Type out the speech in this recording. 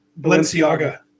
Balenciaga